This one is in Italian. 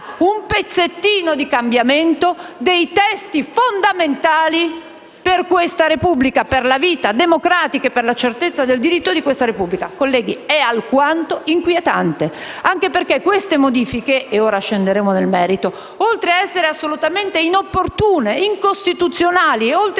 un pezzettino di cambiamento dei testi fondamentali per la vita democratica e per la certezza del diritto di questa Repubblica. Colleghi, è alquanto inquietante, anche perché queste modifiche, su cui ora entrerò nel merito, oltre ad essere assolutamente inopportune, incostituzionali e creare